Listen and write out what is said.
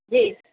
جی